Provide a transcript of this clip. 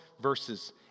verses